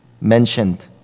mentioned